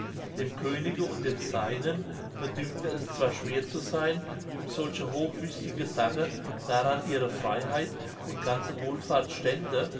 dem könige und den seinen bedünkte es zwar schwer zu sein um solche hochwichtige sache daran ihre freiheit und ganze wohlfahrt stände